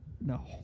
No